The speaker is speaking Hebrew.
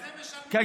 עם זה משלמים חשמל?